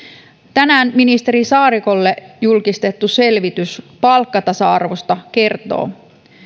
tänään ministeri saarikolle julkistettu selvitys palkkatasa arvosta kertoo